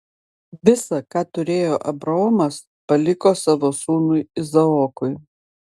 visa ką turėjo abraomas paliko savo sūnui izaokui